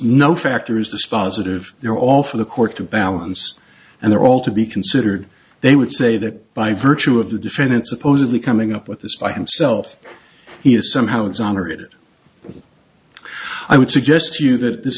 no factors dispositive they're all for the court to balance and they're all to be considered they would say that by virtue of the defendant supposedly coming up with this by himself he is somehow exonerated i would suggest you that this